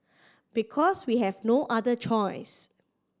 because we have no other choice